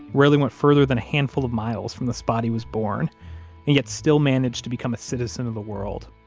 rarely went further than a handful of miles from the spot he was born and yet still managed to become a citizen of the world.